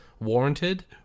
warranted